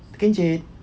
terkincit